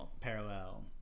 parallel